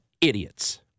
idiots